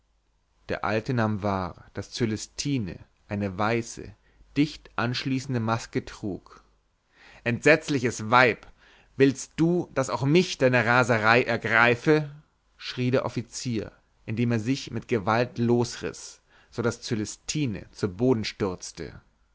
der alte nahm wahr daß cölestine eine weiße dicht anschließende maske trug entsetzliches weib willst du daß auch mich deine raserei ergreife schrie der offizier indem er sich mit gewalt losriß so daß cölestine zu boden stürzte